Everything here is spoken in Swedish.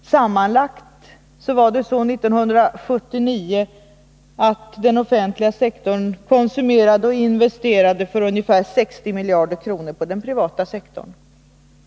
Sammanlagt konsumerade och investerade den offentliga sektorn för ungefär 60 miljarder kronor på den privata sektorn under 1979.